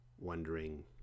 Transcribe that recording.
wondering